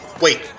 Wait